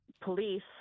police